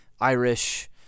Irish